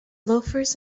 loafers